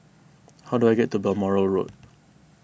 how do I get to Balmoral Road